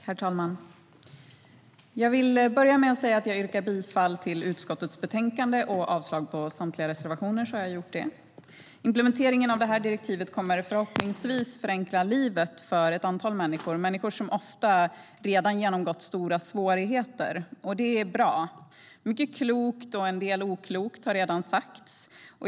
Herr talman! Jag vill börja med att säga att jag yrkar bifall till förslaget i utskottets betänkande och avslag på samtliga reservationer. Då har jag gjort det. Implementeringen av det här direktivet kommer förhoppningsvis att förenkla livet för ett antal människor, människor som ofta redan genomgått stora svårigheter. Det är bra. Mycket klokt och en del oklokt har redan sagts.